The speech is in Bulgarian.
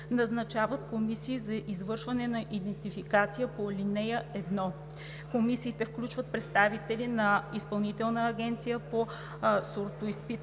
назначават комисии за извършване на идентификацията по ал. 1. Комисиите включват представители на Изпълнителната агенция по сортоизпитване,